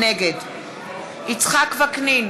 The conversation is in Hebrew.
נגד יצחק וקנין,